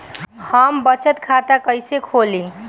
हम बचत खाता कईसे खोली?